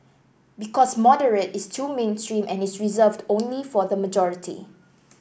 because moderate is too mainstream and is reserved only for the majority